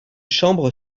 chambre